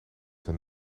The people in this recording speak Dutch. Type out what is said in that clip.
zijn